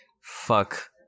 Fuck